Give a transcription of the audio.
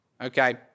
okay